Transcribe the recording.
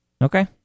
Okay